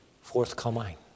forthcoming